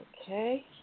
Okay